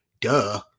Duh